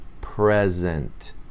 present